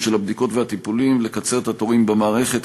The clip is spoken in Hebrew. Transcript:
של הבדיקות והטיפולים ולקצר את התורים במערכת.